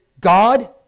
God